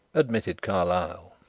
admitted carlyle.